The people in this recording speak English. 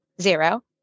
zero